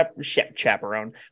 chaperone